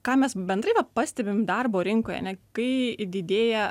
ką mes bendrai va pastebim darbo rinkoje ane kai didėja